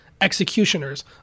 executioners